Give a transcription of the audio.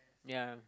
ya